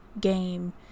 game